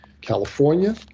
California